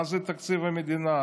מה זה תקציב המדינה?